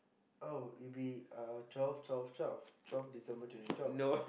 oh it'll be twelve twelve twelve twelve December twenty twelve